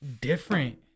different